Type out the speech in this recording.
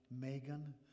Megan